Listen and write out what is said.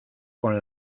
con